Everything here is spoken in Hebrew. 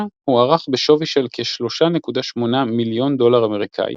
הוערך בשווי של כ-3.8 מיליון דולר אמריקאי